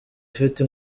ufite